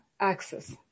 access